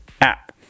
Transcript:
app